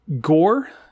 gore